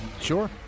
Sure